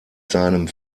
seinem